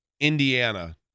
Indiana